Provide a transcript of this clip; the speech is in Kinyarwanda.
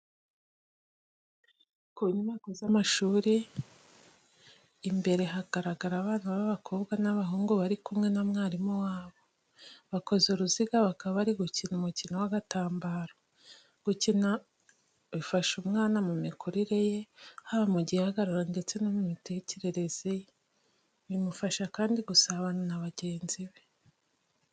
Ku nyubako z'amashuri, imbere hagaragara abana b'abakobwa n'abahungu bari kumwe na mwarimu wabo. Bakoze uruziga bakaba bari gukina umukino w'agatambaro. Gukina bifasha umwana mu mikurire ye, haba mu gihagararo ndetse no mu mitekerereze ye. Bimufasha kandi gusabana na bagenzi be.